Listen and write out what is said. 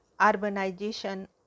urbanization